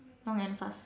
strong and fast